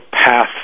path